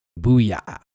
booyah